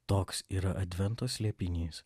toks yra advento slėpinys